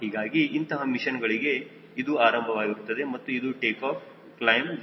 ಹೀಗಾಗಿ ಇಂತಹ ಮಿಷನ್ಗಳಿಗೆ ಇದು ಆರಂಭವಾಗುತ್ತದೆ ಮತ್ತು ಇದು ಟೇಕಾಫ್ ಕ್ಲೈಮ್ 0